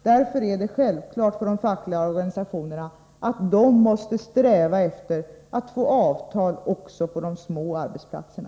Därför är det självklart för de fackliga organisationerna att de måste sträva efter att få avtal också på de små arbetsplatserna.